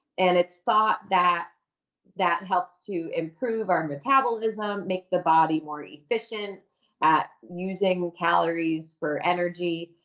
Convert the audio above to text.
and it's thought that that helps to improve our metabolism, makes the body more efficient at using calories for energy.